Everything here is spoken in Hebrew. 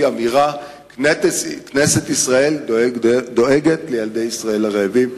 אמירה: כנסת ישראל דואגת לילדי ישראל הרעבים.